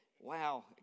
Wow